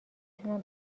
تونم